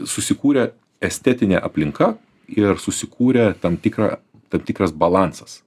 susikūrė estetinė aplinka ir susikūrė tam tikrą tam tikras balansas